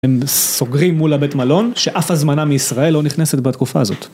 הם סוגרים מול הבית מלון, שאף הזמנה מישראל לא נכנסת בתקופה הזאת.